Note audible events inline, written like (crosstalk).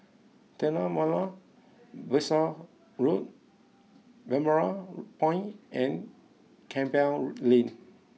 Tanah Merah Besar (hesitation) Road Balmoral Point and Campbell Lane